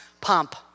pump